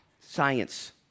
science